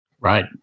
Right